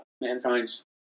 mankind's